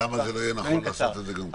למה זה לא יהיה נכון לעשות את זה גם פה?